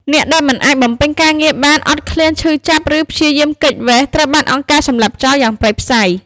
អ្នកដែលមិនអាចបំពេញការងារបាន អត់ឃ្លាន ឈឺចាប់ ឬព្យាយាមគេចវេស ត្រូវបានអង្គការសម្លាប់ចោលយ៉ាងព្រៃផ្សៃ។